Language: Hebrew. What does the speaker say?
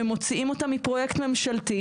שמוציאים אותה מפרויקט ממשלתי.